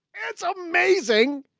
that's amazing.